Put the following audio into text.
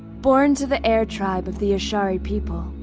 born to the air tribe of the ashari people,